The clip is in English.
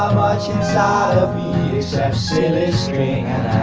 um much inside of me except silly string